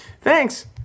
Thanks